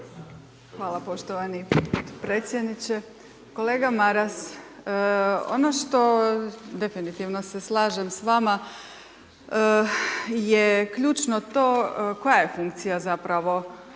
Hvala poštovani predsjedniče. Kolega Maras, ono što definitivno se slažem s vama je ključno to koja je funkcija zapravo